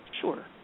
Sure